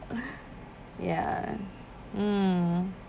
ya mm